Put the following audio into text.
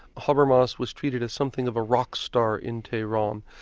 habermas was treated as something of a rock star in tehran.